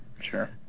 sure